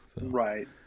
right